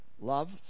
Love